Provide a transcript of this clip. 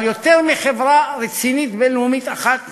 אבל יותר מחברה בין-לאומית רצינית אחת